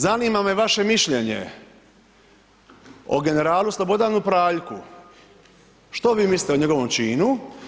Zanima me vaše mišljenje o generalu Slobodanu Praljku, što vi mislite o njegovom činu?